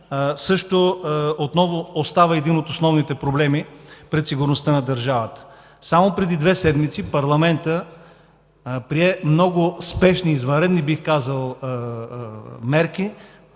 също остава един от основните проблеми пред сигурността на държавата. Само преди две седмици парламентът прие много спешни, бих казал,